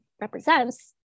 represents